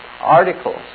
Articles